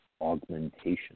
augmentation